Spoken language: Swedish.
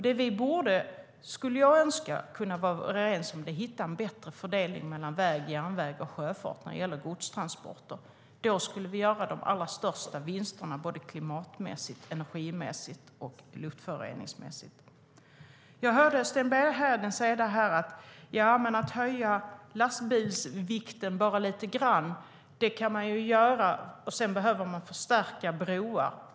Det vi borde kunna vara överens om, skulle jag önska, är att vi måste få till stånd en bättre fördelning mellan väg, järnväg och sjöfart när det gäller godstransporter. Då skulle vi göra de allra största vinsterna klimatmässigt, energimässigt och luftföroreningsmässigt. Jag hörde Sten Bergheden säga att man kan höja lastbilsvikten lite grann redan nu men sedan behöver förstärka broar.